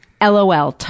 lol